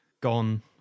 gone